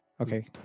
okay